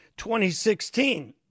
2016